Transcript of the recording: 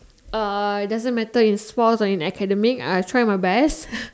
uh it doesn't matter in sports or in academic I try my best